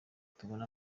tubone